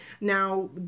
now